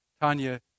Tanya